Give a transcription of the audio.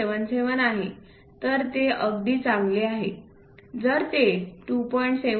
77 आहे तर ते अगदी चांगले आहे जर ते 2